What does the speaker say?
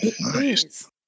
nice